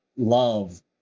love